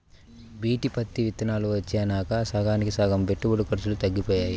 BT పత్తి విత్తనాలు వచ్చినాక సగానికి సగం పెట్టుబడి ఖర్చులు తగ్గిపోయాయి